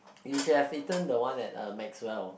you should have eaten the one at uh Maxwell